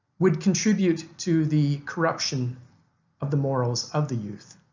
would contribute to the corruption of the morals of the youth.